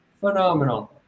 Phenomenal